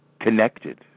connected